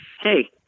hey